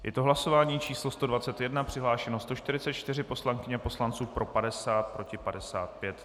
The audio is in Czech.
Je to hlasování číslo 121, přihlášeno 144 poslankyň a poslanců, pro 50, proti 55.